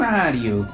Mario